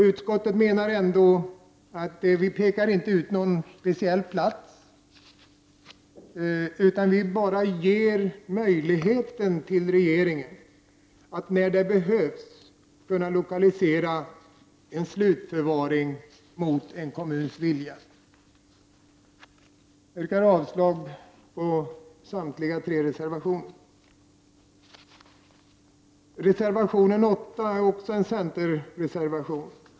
Utskottet menar att vi inte pekar ut någon speciell plats, utan vi ger regeringen möjligheten att när det behövs lokalisera en slutförvaring mot en kommuns vilja. Jag yrkar avslag på reservationerna 5, 6 och 7. Reservation 8 är också en centerreservation.